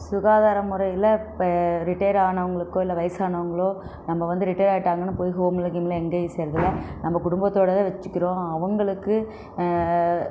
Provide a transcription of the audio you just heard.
சுகாதார முறையில் இப்போ ரிடேர் ஆனவர்களுக்கோ இல்லை வயதானவங்களோ நம்ம வந்து ரிடேர் ஆகிட்டாங்கன்னு போய் ஹோமில் கீமில் எங்கே ஈஸியாயிருக்குதோ அங்கே குடும்பத்தோடு வச்சுக்கிறோம் அவர்களுக்கு